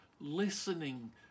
listening